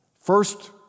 First